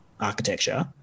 architecture